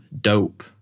dope